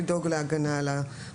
לבין דאגה להגנה על המתאמנים,